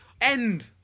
end